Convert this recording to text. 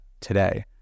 today